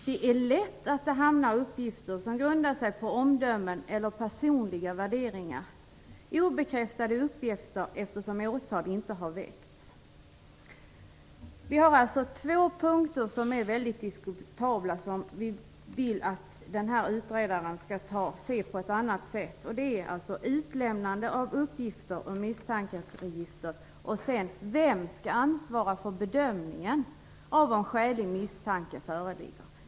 Det är lätt att det hamnar uppgifter där som grundar sig på omdömen, personliga värderingar eller obekräftade uppgifter eftersom åtal inte har väckts. Det finns alltså två punkter som är mycket diskutabla. Vi vill att utredaren skall titta på dem. Det gäller utlämnande av uppgifter från misstankeregistret och vem som skall ansvara för bedömningen av om skälig misstanke föreligger.